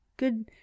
Good